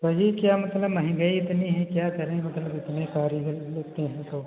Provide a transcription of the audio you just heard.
सही क्या मतलब महंगाई इतनी है क्या करें मतलब इतने कारीगर लेते हैं तो